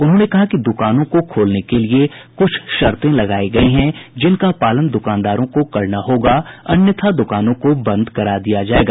उन्होंने कहा कि दुकानों को खोलने के लिए कुछ शर्ते लगायी गयी हैं जिनका पालन दुकानदारों को करना होगा अन्यथा दुकानों को बंद करा दिया जायेगा